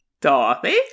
Dorothy